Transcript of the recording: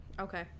Okay